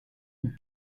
une